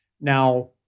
Now